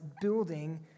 building